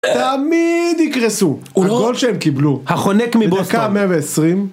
תמיד יקרסו. הגול שהם קיבלו. החונק מבוסטון. בדקה 120.